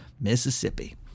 Mississippi